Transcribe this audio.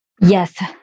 yes